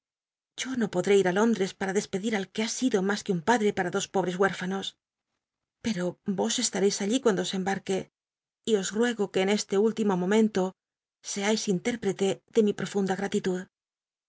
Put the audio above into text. yo no podl'é ir á lóndres pata despedir al que ha sido mas que un padre para dos pobres huétofanos pero vos estareis allí cuando se embarque y os ruego que en este último momento seais intérprete ele mi profunda gratitud